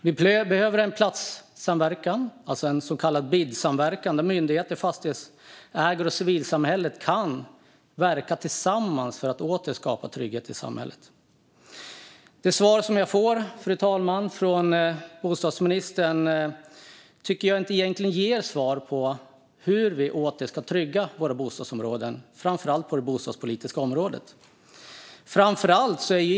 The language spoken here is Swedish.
Vi behöver en platssamverkan, alltså en så kallad BID-samverkan där myndigheter, fastighetsägare och civilsamhälle kan verka tillsammans för att åter skapa trygghet i samhället. Det svar som jag får från bostadsministern ger egentligen inget besked om hur vi åter ska trygga våra bostadsområden, framför allt på det bostadspolitiska området.